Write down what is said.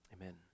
amen